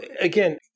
again